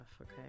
okay